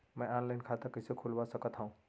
मैं ऑनलाइन खाता कइसे खुलवा सकत हव?